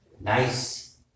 Nice